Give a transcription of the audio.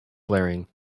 blaring